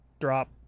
drop